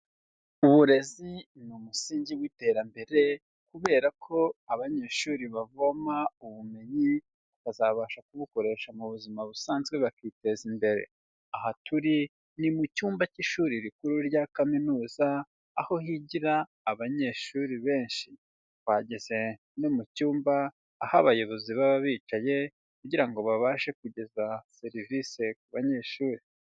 Uburezi ni umusingi w'iterambere kubera ko abanyeshuri bavoma ubumenyi, bakazabasha kubukoresha mu buzima busanzwe bakiteza imbere, aha turi ni mu cyumba cy'ishuri rikuru rya kaminuza aho higira abanyeshuri benshi, twageze no mu cyumba aho abayobozi baba bicaye kugira ngo babashe kugeza serivisi ku banyeshuri.